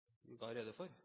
politidistriktet i Nord-Trøndelag.